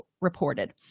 reported